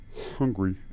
hungry